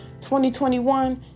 2021